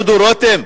דודו רותם,